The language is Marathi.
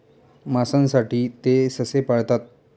मांसासाठी ते ससे पाळतात